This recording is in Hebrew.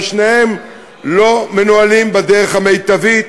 ושניהם לא מנוהלים בדרך המיטבית.